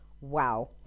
wow